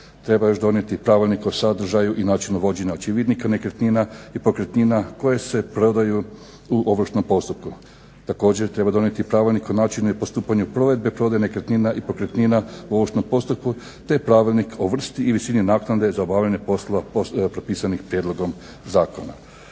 Treba još donijeti Pravilnik o sadržaju i načinu vođenja očevidnika nekretnina i pokretnina koje se prodaju u ovršnom postupku. Također, treba donijeti pravilnik o načinu i postupanju provedbe prodaje nekretnina i pokretnina u ovršnom postupku te pravilnik o vrsti i visini naknade za obavljanje poslova propisanih prijedlogom zakona.